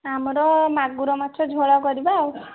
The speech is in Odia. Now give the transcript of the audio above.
ଆମର ମାଗୁର ମାଛ ଝୋଳ କରିବା ଆଉ